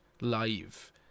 live